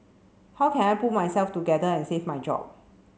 how can I pull myself together and save my job